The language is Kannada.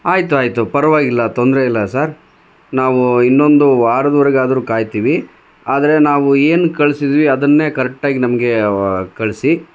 ಆಯಿತು ಆಯಿತು ಪರವಾಗಿಲ್ಲ ತೊಂದರೆ ಇಲ್ಲ ಸಾರ್ ನಾವು ಇನ್ನೊಂದು ವಾರದವರೆಗಾದ್ರು ಕಾಯ್ತೀವಿ ಆದರೆ ನಾವು ಏನು ಕಳಿಸಿದ್ವಿ ಅದನ್ನೇ ಕರೆಕ್ಟಾಗಿ ನಮಗೆ ಕಳಿಸಿ